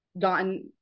gotten